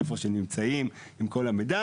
איפה שהם נמצאים, עם כל המידע.